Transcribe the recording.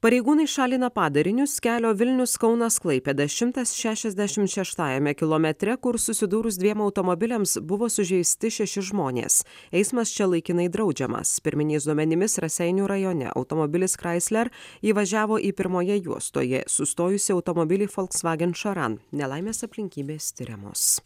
pareigūnai šalina padarinius kelio vilnius kaunas klaipėda šimtas šešiasdešimt šeštajame kilometre kur susidūrus dviem automobiliams buvo sužeisti šeši žmonės eismas čia laikinai draudžiamas pirminiais duomenimis raseinių rajone automobilis chrysler įvažiavo į pirmoje juostoje sustojusį automobilį volksvagen šaran nelaimės aplinkybės tiriamos